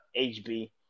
HB